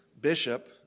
bishop